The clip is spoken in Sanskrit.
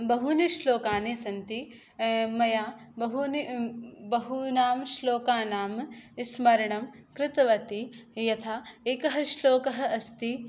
बहूनि श्लोकानि सन्ति मया बहूनां श्लोकानां स्मरणं कृतवती यथा एकः श्लोकः अस्ति